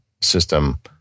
system